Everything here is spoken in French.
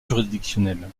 juridictionnel